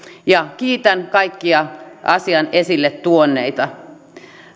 kiitän kaikkia asian esille tuoneita